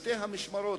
בשתי המשמרות,